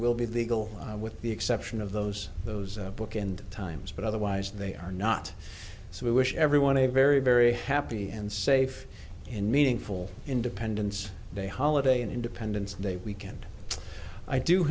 will be legal with the exception of those those book and times but otherwise they are not so we wish everyone a very very happy and safe and meaningful independence day holiday and independence day weekend i do